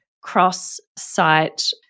cross-site